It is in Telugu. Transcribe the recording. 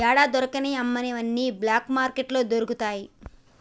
యాడా దొరకని అమ్మనివి అన్ని బ్లాక్ మార్కెట్లో దొరుకుతయి